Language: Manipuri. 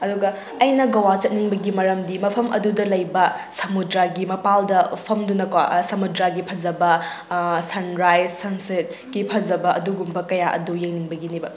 ꯑꯗꯨꯒ ꯑꯩꯅ ꯒꯋꯥ ꯆꯠꯅꯤꯡꯕꯒꯤ ꯃꯔꯝꯗꯤ ꯃꯐꯝ ꯑꯗꯨꯗ ꯂꯩꯕ ꯁꯃꯨꯗ꯭ꯔꯒꯤ ꯃꯄꯥꯜꯗ ꯐꯝꯗꯨꯅꯀꯣ ꯁꯝꯃꯨꯗ꯭ꯔꯒꯤ ꯐꯖꯕ ꯁꯟ ꯔꯥꯏꯁ ꯁꯟ ꯁꯦꯠꯀꯤ ꯐꯖꯕ ꯑꯗꯨꯒꯨꯝꯕ ꯀꯌꯥ ꯑꯗꯨ ꯌꯦꯡꯅꯤꯡꯕꯒꯤꯅꯦꯕ